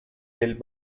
del